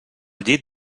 llit